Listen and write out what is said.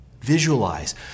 Visualize